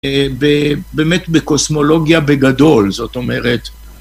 באמת בקוסמולוגיה בגדול, זאת אומרת.